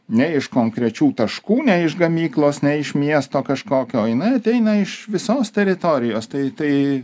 ne iš konkrečių taškų ne iš gamyklos ne iš miesto kažkokio jinai ateina iš visos teritorijos tai tai